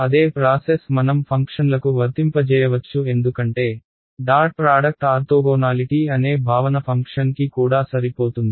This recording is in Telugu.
అదే ప్రాసెస్ మనం ఫంక్షన్లకు వర్తింపజేయవచ్చు ఎందుకంటే డాట్ ప్రాడక్ట్ ఆర్తోగోనాలిటీ అనే భావన ఫంక్షన్ కి కూడా సరిపోతుంది